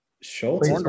Schultz